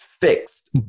fixed